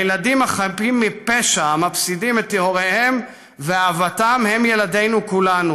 הילדים החפים מפשע המפסידים את הוריהם ואהבתם הם ילדינו כולנו,